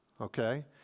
okay